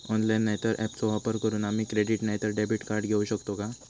Online नाय तर ऍपचो वापर करून आम्ही क्रेडिट नाय तर डेबिट कार्ड घेऊ शकतो का?